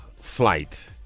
flight